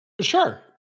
Sure